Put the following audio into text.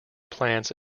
plants